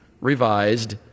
revised